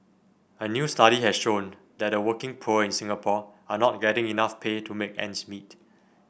a new study has shown that the working poor in Singapore are not getting enough pay to make ends meet